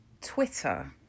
Twitter